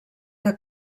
que